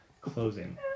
closing